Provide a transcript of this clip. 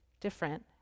different